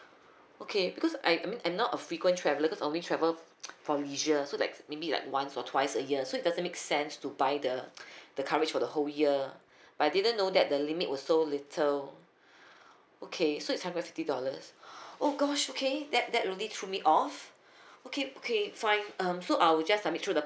okay because I I mean I'm not a frequent travellers because I'm only travel for leisure so like maybe like once or twice a year so it doesn't make sense to buy the the coverage for the whole year but I didn't know that the limit was so little okay so it's hundred fifty dollars oh gosh okay that that really threw me off okay okay fine um so I'll just submit through the